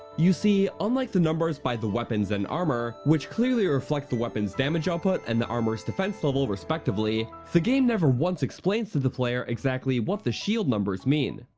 you see, unlike the numbers by the weapons and armor, which clearly reflect the weapons damage output and the armors defense level respectively, the game never once explains to the player exactly what the shield numbers mean.